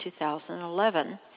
2011